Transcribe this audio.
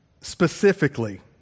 specifically